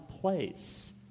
place